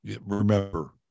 remember